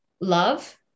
love